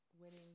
winning